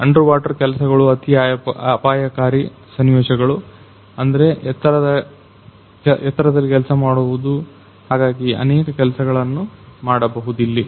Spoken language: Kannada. ಅಂಡರ್ವಾಟರ್ ಕೆಲಸಗಳು ಅತಿ ಅಪಾಯಕಾರಿ ಸನ್ನಿವೇಶಗಳು ಅಂದ್ರೆ ಎತ್ತರದಲ್ಲಿ ಕೆಲಸ ಮಾಡುವುದು ಹಾಗಾಗಿ ಅನೇಕ ಕೆಲಸಗಳನ್ನ ಮಾಡಬಹುದಿಲ್ಲಿ